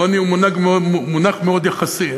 העוני הוא מונח מאוד יחסי.